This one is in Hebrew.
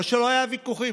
לא שלא היו ויכוחים,